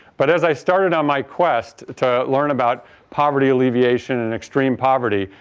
but as i started on my quest to learn about poverty alleviation in extreme poverty,